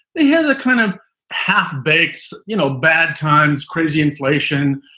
they had the kind of half baked, you know, bad times, crazy inflation,